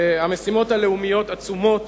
המשימות הלאומיות עצומות.